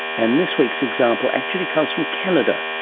and this week's example actually comes from canada.